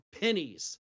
pennies